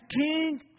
king